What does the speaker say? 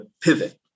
pivot